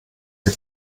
sie